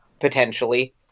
potentially